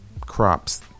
crops